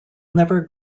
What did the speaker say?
never